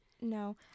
No